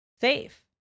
safe